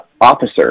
officer